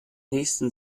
nächsten